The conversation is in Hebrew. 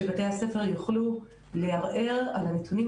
שבתי-הספר יוכלו לערער על הנתונים.